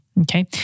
Okay